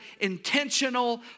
intentional